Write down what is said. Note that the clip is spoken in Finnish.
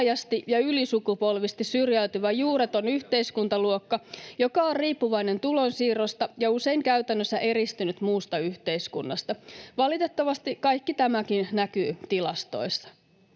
ja ylisukupolvisesti syrjäytyvä juureton yhteiskuntaluokka, joka on riippuvainen tulonsiirroista ja usein käytännössä eristynyt muusta yhteiskunnasta. Valitettavasti kaikki tämäkin näkyy tilastoista.